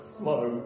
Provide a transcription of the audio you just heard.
slow